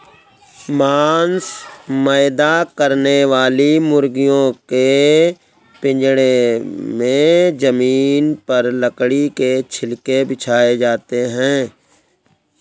मांस पैदा करने वाली मुर्गियों के पिजड़े में जमीन पर लकड़ी के छिलके बिछाए जाते है